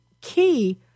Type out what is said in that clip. key